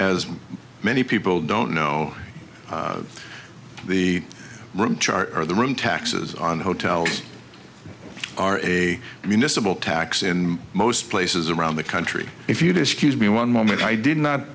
as many people don't know the room chart or the room taxes on hotels are a municipal tax in most places around the country if you dispute me one moment i did not